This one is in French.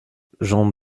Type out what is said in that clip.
j’en